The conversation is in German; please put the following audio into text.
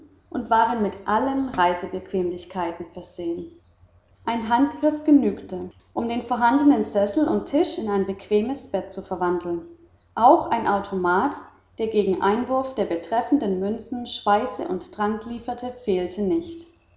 und waren mit allen reisebequemlichkeiten versehen ein handgriff genügte um den vorhandenen sessel und tisch in ein bequemes bett zu verwandeln auch ein automat der gegen einwurf der betreffenden münzen speise und trank lieferte fehlte nicht